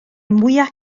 mwyaf